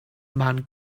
man